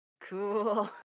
Cool